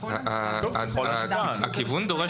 הכיוון דורש